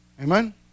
Amen